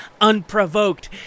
unprovoked